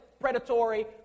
predatory